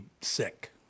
sick